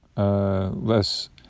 Less